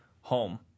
home